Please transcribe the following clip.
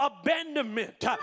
abandonment